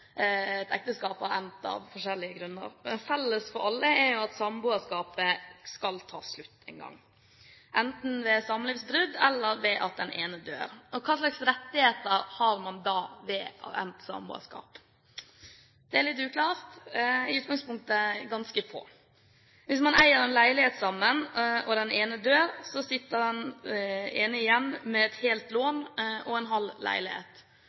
et ekteskap har endt av forskjellige grunner. Felles for alle er at samboerskapet skal ta slutt en gang, enten ved et samlivsbrudd eller ved at den ene dør. Hva slags rettigheter har man da ved endt samboerskap? Det er litt uklart – i utgangspunktet ganske få. Hvis man eier en leilighet sammen og den ene dør, sitter den andre igjen med et helt lån og en halv leilighet.